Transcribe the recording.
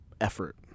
effort